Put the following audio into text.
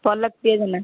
Palak Priya Jena